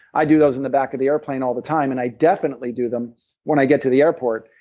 i do those in the back of the airplane all the time, and i definitely do them when i get to the airport.